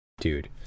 Dude